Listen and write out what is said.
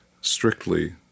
strictly